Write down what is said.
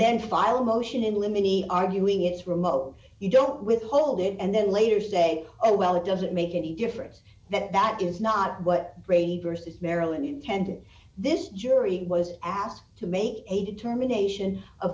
then file a motion in limine arguing it's remote you don't withhold it and then later say oh well it doesn't make any difference that that is not what really versus maryland intended this jury was asked to make a determination of